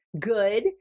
good